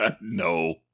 No